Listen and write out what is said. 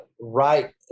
right